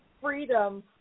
freedom